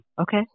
Okay